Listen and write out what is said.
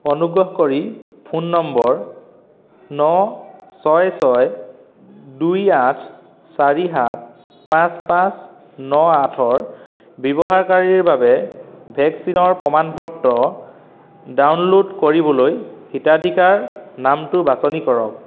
অনুগ্ৰহ কৰি phone number ন ছয় ছয় দুই আঠ চাৰি সাত পাঁচ পাঁচ ন আঠৰ ব্যৱহাৰকাৰীৰ বাবে ভেকচিনৰ প্ৰমাণ পত্ৰ ডাউনলোড কৰিবলৈ হিতাধিকাৰ নামটো বাছনি কৰক